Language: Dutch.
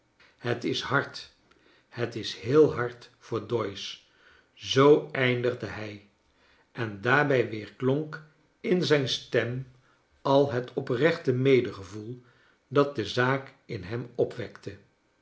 het is hard het is heel hard voor doyce zoo eindigde hij en daarbij weerklonk in zijn stem al het oprechte medegevoel dat de zaak in hem opwekte